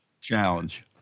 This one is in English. challenge